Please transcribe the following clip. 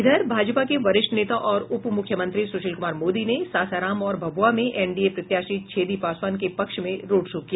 इधर भाजपा के वरिष्ठ नेता और उपमुख्यमंत्री सुशील कुमार मोदी ने सासाराम और भभूआ में एनडीए प्रत्याशी छेदी पासवान के पक्ष में रोड शो किया